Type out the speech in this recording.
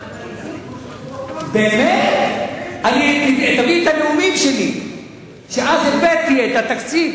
אבל הם לא פגעו במענק האיזון כמו שפגעו בו כאן.